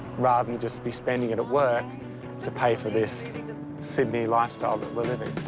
rather than just be spending it at work to pay for this sydney lifestyle that we're living.